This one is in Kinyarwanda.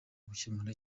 gukemura